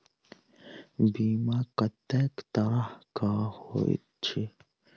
बीमा कत्तेक तरह कऽ होइत छी?